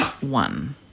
One